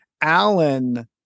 Alan